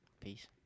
Peace